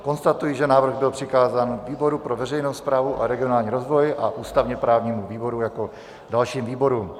Konstatuji, že návrh byl přikázán výboru pro veřejnou správu a regionální rozvoj a ústavněprávnímu výboru jako dalším výborům.